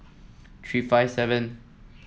three five seven